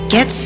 Get